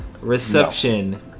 Reception